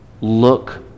look